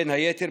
בין היתר,